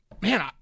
man